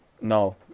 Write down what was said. no